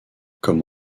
comme